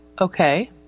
Okay